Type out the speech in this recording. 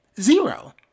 zero